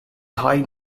thai